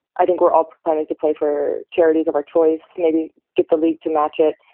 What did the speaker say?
i think we're all planning to play for charities of our choice, maybe get the league to match it.